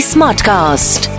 Smartcast